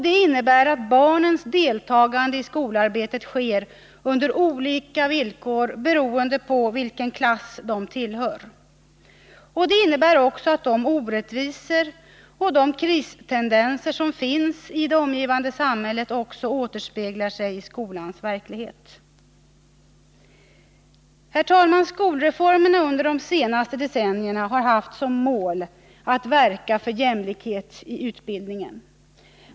Det innebär att barnens deltagande i skolarbetet sker under olika villkor beroende på vilken klass de tillhör. Det innebär också att de orättvisor och de kristendenser som finns i det omgivande samhället återspeglar sig i skolans verklighet. Herr talman! Skolreformerna under de senaste decennierna har haft som mål att verka för jämlikhet i utbildningen.